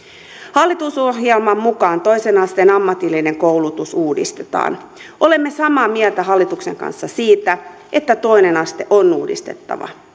hallitusohjelman mukaan toisen asteen ammatillinen koulutus uudistetaan olemme samaa mieltä hallituksen kanssa siitä että toinen aste on uudistettava